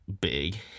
big